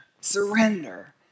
surrender